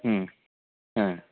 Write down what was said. हा